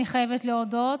אני חייבת להודות,